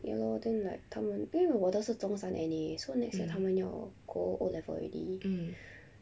ya lor then like 他们因为我的是中三 anyway ya so next year 他们要过 O level already